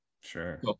sure